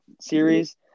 series